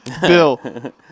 Bill